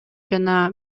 жана